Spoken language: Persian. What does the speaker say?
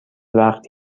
وقت